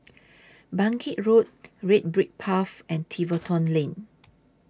Bangkit Road Red Brick Path and Tiverton Lane